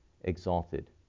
exalted